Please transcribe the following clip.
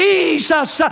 Jesus